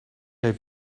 heeft